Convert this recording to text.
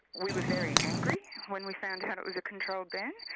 we were very angry when we found out it was a controlled burn.